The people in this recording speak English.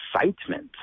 excitement